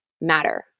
matter